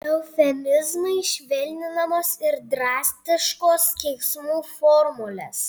eufemizmais švelninamos ir drastiškos keiksmų formulės